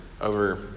over